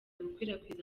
gukwirakwiza